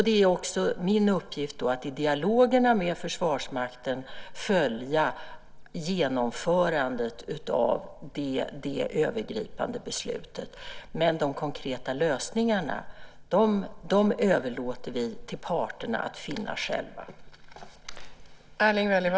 Det är också min uppgift att i dialogerna med Försvarsmakten följa genomförandet av det övergripande beslutet. Men de konkreta lösningarna överlåter vi till parterna att själva finna.